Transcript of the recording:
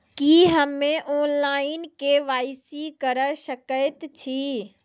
की हम्मे online, KYC करा सकैत छी?